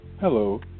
Hello